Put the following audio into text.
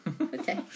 okay